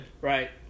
Right